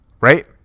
right